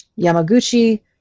Yamaguchi